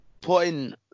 putting